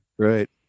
Right